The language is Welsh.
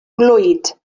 nghlwyd